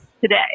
today